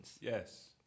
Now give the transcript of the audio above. Yes